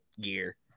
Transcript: gear